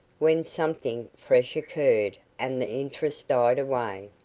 when something fresh occurred, and the interest died away.